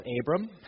Abram